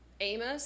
Amos